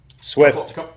Swift